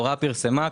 הוראה פורסמה,